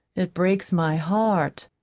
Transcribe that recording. it breaks my heart,